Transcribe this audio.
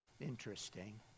interesting